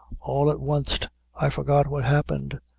all at wanst i forgot what happened,